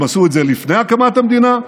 הם עשו את זה לפני הקמת המדינה,